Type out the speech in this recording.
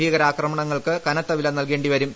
ഭീകരാക്രമണങ്ങൾക്ക് കനത്ത വിലനൽകേണ്ടിവരും